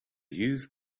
use